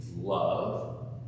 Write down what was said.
love